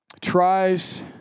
tries